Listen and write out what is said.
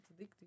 addictive